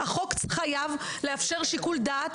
החוק חייב לאפשר שיקול דעת,